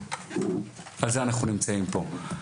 על זה אנחנו נמצאים פה.